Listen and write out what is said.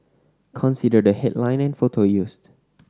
consider the headline and photo used